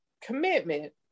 commitment